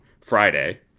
Friday